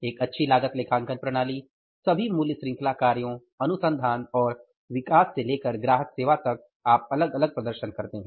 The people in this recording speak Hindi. एक अच्छी लागत लेखांकन प्रणाली सभी मूल्य श्रृंखला कार्यों अनुसंधान और विकास से लेकर ग्राहक सेवा तक आप अलग अलग प्रदर्शन करते हैं